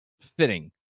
fitting